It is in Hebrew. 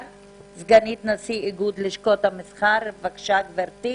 סגנית נשיא איגוד לשכות המסחר, בבקשה, גברתי.